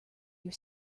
your